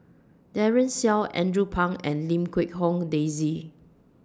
Daren Shiau Andrew Phang and Lim Quee Hong Daisy